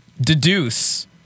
deduce